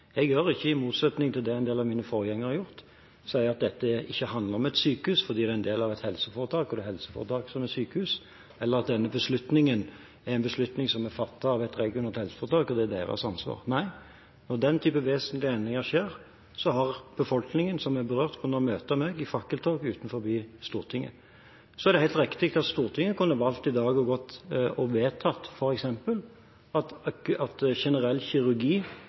Jeg sier ikke – i motsetning til det en del av mine forgjengere har gjort – at dette ikke handler om et sykehus fordi det er en del av et helseforetak, og det er helseforetaket som er sykehuset, eller at denne beslutningen er en beslutning som er fattet av et regionalt helseforetak, og det er deres ansvar. Nei, når den typen vesentlige endringer skjer, har befolkningen som er berørt, kunnet møte meg i fakkeltog utenfor Stortinget. Så er det helt riktig at Stortinget kunne valgt i dag å vedta f.eks. at generell kirurgi